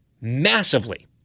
massively